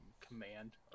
command